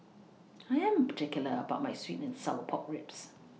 I Am particular about My Sweet and Sour Pork Ribs